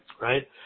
right